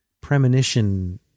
premonition